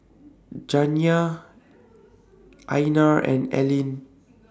Janiya Einar and Alene